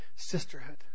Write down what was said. Sisterhood